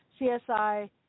CSI